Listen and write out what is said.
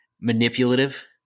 manipulative